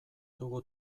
dugu